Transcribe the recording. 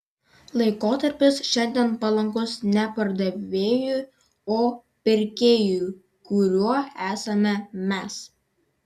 laikotarpis šiandien palankus ne pardavėjui o pirkėjui kuriuo esame mes